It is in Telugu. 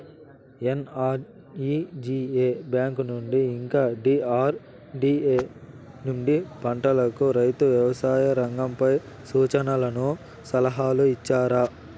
ఎన్.ఆర్.ఇ.జి.ఎ బ్యాంకు నుండి ఇంకా డి.ఆర్.డి.ఎ నుండి పంటలకు రైతుకు వ్యవసాయ రంగంపై సూచనలను సలహాలు ఇచ్చారా